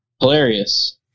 Hilarious